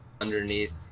underneath